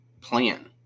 plan